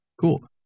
Cool